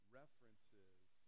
references